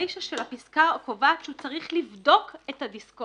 הרישא של הפסקה קובעת שהוא צריך לבדוק את הדסקות,